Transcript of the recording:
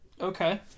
Okay